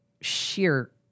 sheer